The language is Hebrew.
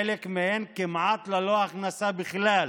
חלק מהן כמעט ללא הכנסה, בכלל